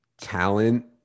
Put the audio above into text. talent